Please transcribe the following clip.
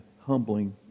humbling